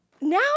now